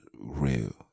Real